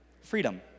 Freedom